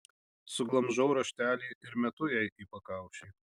suglamžau raštelį ir metu jai į pakaušį